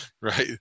right